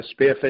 Spearfish